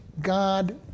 God